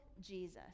Jesus